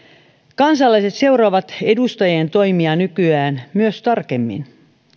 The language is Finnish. kansalaiset seuraavat edustajien toimia nykyään myös tarkemmin